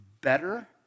better